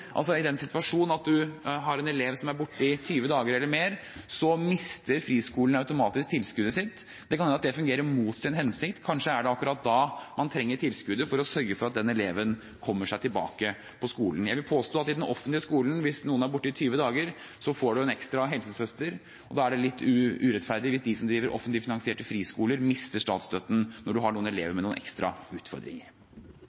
I en situasjon der man har en elev som er borte i 20 dager eller mer, mister friskolen automatisk tilskuddet sitt. Det kan hende det fungerer mot sin hensikt – kanskje er det akkurat da man trenger tilskuddet, for å sørge for at den eleven kommer seg tilbake på skolen. Jeg vil påstå at i den offentlige skolen, hvis noen er borte i 20 dager, får man en ekstra helsesøster. Da er det litt urettferdig hvis de som driver offentlig finansierte friskoler, mister statsstøtten når de har noen elever med noen ekstra utfordringer.